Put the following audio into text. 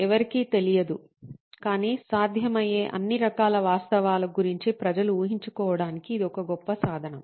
ఎవరికీ తెలియదు కానీ సాధ్యమయ్యే అన్ని రకాల వాస్తవాల గురించి ప్రజలు ఊహించుకోవడానికి ఇది ఒక గొప్ప సాధనం